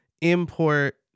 import